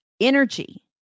energy